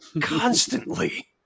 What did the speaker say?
constantly